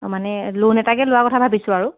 অঁ মানে লোন এটাকে লোৱা কথা ভাবিছোঁ আৰু